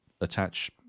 attach